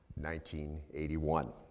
1981